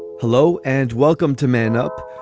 hello and welcome to man up.